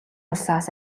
улсаас